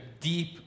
deep